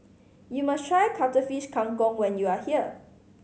you must try Cuttlefish Kang Kong when you are here